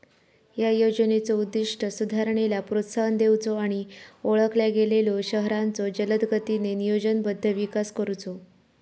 या योजनेचो उद्दिष्ट सुधारणेला प्रोत्साहन देऊचो आणि ओळखल्या गेलेल्यो शहरांचो जलदगतीने नियोजनबद्ध विकास करुचो